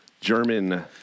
German